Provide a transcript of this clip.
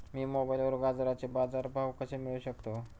मी मोबाईलवर गाजराचे बाजार भाव कसे मिळवू शकतो?